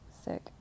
sick